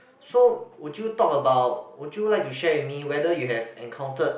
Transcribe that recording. so would you talk about would you like to share with me whether you have encountered